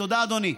תודה, אדוני.